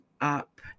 up